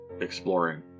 exploring